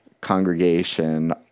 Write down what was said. congregation